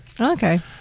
okay